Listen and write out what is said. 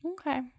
Okay